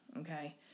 okay